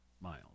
miles